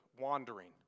wandering